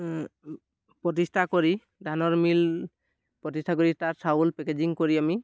প্ৰতিষ্ঠা কৰি ধানৰ মিল প্ৰতিষ্ঠা কৰি তাত চাউল পেকেজিং কৰি আমি